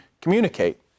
communicate